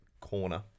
corner